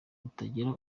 butagira